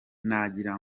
nagira